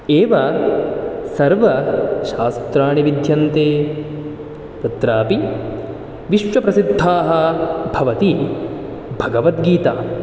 एव सर्वशास्त्राणि विद्यन्ते तत्रापि विश्वप्रसिद्धाः भवति भगवद्गीता